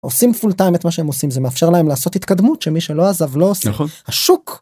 עושים פול טיים את מה שהם עושים זה מאפשר להם לעשות התקדמות שמי שלא עזב לא עושה, נכון, השוק.